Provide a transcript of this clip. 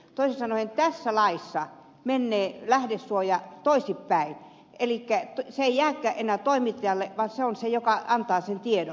toisin sanoen tässä laissa menee lähdesuoja toisinpäin elikkä se ei jääkään enää toimittajalle vaan se on se joka antaa sen tiedon